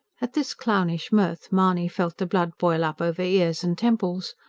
at this clownish mirth, mahony felt the blood boil up over ears and temples.